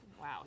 wow